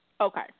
Okay